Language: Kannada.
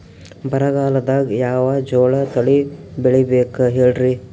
ಬರಗಾಲದಾಗ್ ಯಾವ ಜೋಳ ತಳಿ ಬೆಳಿಬೇಕ ಹೇಳ್ರಿ?